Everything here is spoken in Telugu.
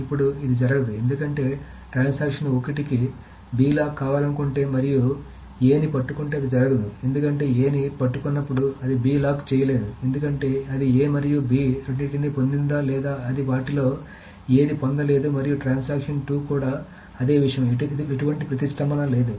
ఇప్పుడు ఇది జరగదు ఎందుకంటే ట్రాన్సాక్షన్ ఒకటికి B లాక్ కావాలనుకుంటే మరియు A ని పట్టుకుంటే అది జరగదు ఎందుకంటే A ని పట్టుకున్నప్పుడు అది B కి లాక్ చేయలేరు ఎందుకంటే అది A మరియు B రెండింటినీ పొందింది లేదా అది వాటిలో ఏది పొందలేదు మరియు ట్రాన్సాక్షన్ 2 కు కూడా అదే విషయం ఎటువంటి ప్రతిష్టంభన లేదు